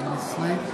אל תספור.